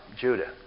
Judah